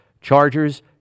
Chargers